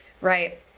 right